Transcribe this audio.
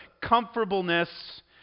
comfortableness